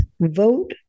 vote